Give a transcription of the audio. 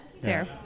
Fair